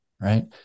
right